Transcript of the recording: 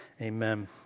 amen